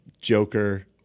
Joker